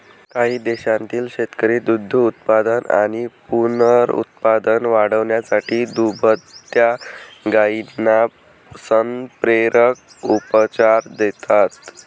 काही देशांतील शेतकरी दुग्धोत्पादन आणि पुनरुत्पादन वाढवण्यासाठी दुभत्या गायींना संप्रेरक उपचार देतात